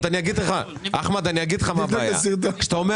כשאתה אומר